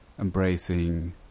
embracing